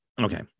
Okay